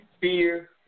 fear